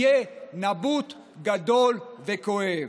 יהיה נבוט גדול וכואב.